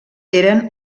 eren